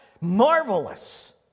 marvelous